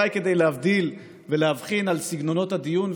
אולי כדי להבדיל ולהבחין בין סגנונות הדיון,